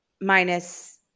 minus